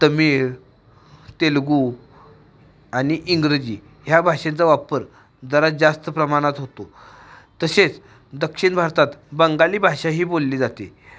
तमीळ तेलगू आणि इंग्रजी ह्या भाषेचा वापर जरा जास्त प्रमाणात होतो तसेच दक्षिण भारतात बंगाली भाषा ही बोलली जाते